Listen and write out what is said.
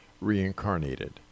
reincarnated